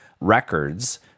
Records